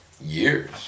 years